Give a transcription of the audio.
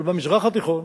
אבל במזרח התיכון,